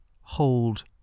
hold